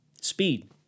Speed